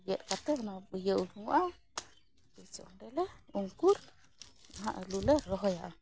ᱜᱮᱫ ᱠᱟᱛᱮ ᱤᱭᱟᱹ ᱩᱰᱩᱝᱚᱜᱼᱟ ᱵᱤᱡᱽ ᱚᱸᱰᱮ ᱞᱮ ᱚᱝᱠᱩᱨ ᱚᱱᱟ ᱟᱹᱞᱩ ᱞᱮ ᱨᱚᱦᱚᱭᱟ ᱚᱸᱰᱮ